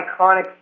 iconic